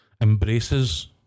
embraces